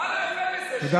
תתביישו לכם.